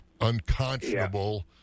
unconscionable